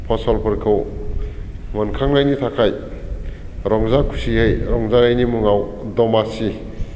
फसलफोरखौ मोनखांनायनि थाखाय रंजा खुसियै रंजानायनि मुङाव दमासि